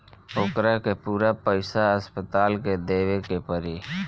ओकरा के पूरा पईसा अस्पताल के देवे के पड़ी